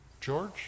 George